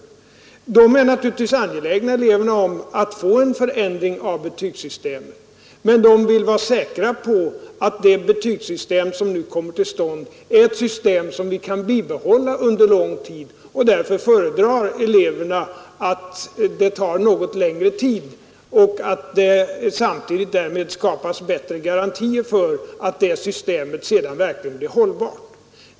Eleverna är naturligtvis angelägna att få en förändring av betygssystemet, men de vill vara säkra på att det betygssystem som nu kommer till stånd är ett system som vi kan bibehålla under lång tid. Därför föredrar eleverna att det tar något längre tid och att det samtidigt därmed skapas bättre garantier för att systemet sedan verkligen blir hållbart.